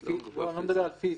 אני לא מדבר על ישיבה פיזית,